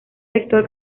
sector